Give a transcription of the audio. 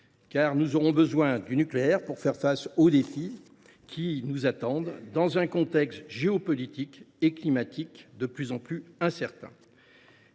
nous aurons besoin du nucléaire pour faire face aux défis qui nous attendent dans un contexte géopolitique et climatique de plus en plus incertain.